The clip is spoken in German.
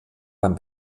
beim